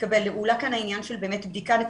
עלה כאן העניין של בדיקה נקודתית,